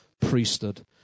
priesthood